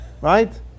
right